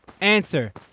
Answer